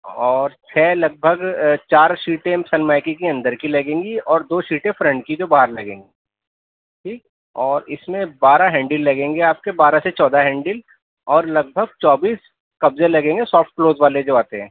اور چھ لگ بھگ چار شیٹیں سن مائیکے کی اندر کی لگیں گی اور دو شیٹیں فرنٹ کی جو باہر لگیں گی ٹھیک اور اس میں بارہ ہینڈل لگیں گے آپ کے بارہ سے چودہ ہینڈل اور لگ بھگ چوبیس قبضے لگیں گے سافٹ کلوز والے جو آتے ہیں